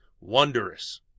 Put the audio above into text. wondrous